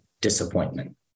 disappointment